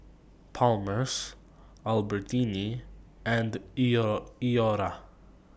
Palmer's Albertini and Iora